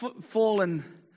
fallen